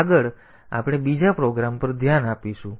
આગળ આપણે બીજા પ્રોગ્રામ પર ધ્યાન આપીશું